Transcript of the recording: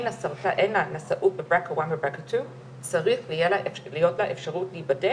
זה הולך כנראה עד שנת 2035 להיות הגורם מספר אחד לסרטן,